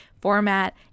format